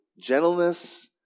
gentleness